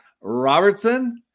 Robertson